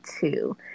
two